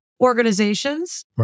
organizations